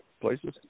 places